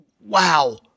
wow